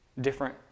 different